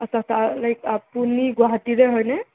আচ্ছা আচ্ছা লাইক আপুনি গুৱাহাটীৰে হয় নে